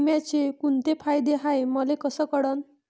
बिम्याचे कुंते फायदे हाय मले कस कळन?